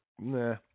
Nah